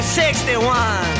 61